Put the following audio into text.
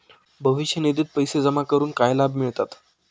भविष्य निधित पैसे जमा करून काय लाभ मिळतात?